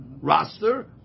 roster